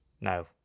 no